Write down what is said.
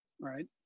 Right